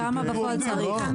כמה בפועל צריך?